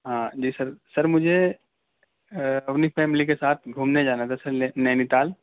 ہاں جی sir sir مجھے اپنی فیملی کے ساتھ گھومنے جانا تھا سر نینی تال